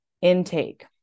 intake